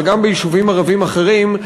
אבל גם ביישובים ערביים אחרים,